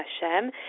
Hashem